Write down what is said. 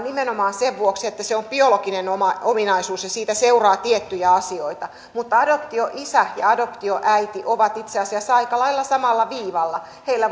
nimenomaan sen vuoksi että se on biologinen ominaisuus ja siitä seuraa tiettyjä asioita mutta adoptioisä ja adoptioäiti ovat itse asiassa aika lailla samalla viivalla heillä